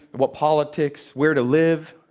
what politics, where to live,